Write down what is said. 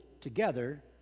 together